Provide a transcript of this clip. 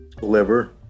liver